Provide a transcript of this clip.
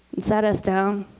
and sat us down,